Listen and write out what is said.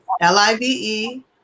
l-i-v-e